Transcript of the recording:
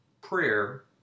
prayer